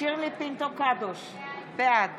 שירלי פינטו קדוש, בעד